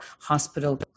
hospital